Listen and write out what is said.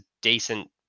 decent